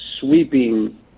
sweeping